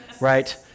right